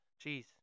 Jeez